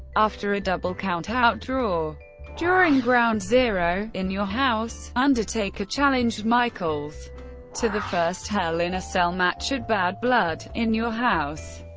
after a double countout draw during ground zero in your house, undertaker challenged michaels to the first hell in a cell match at badd blood in your house.